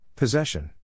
Possession